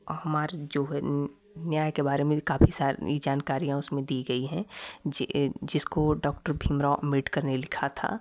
हमारे जो है न्याय के बारे में काफ़ी सारी जानकारियाँ उसमें दी गई है जी जिसको डॉक्टर भीमराव अम्बेडकर ने लिखा था